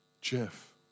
Jeff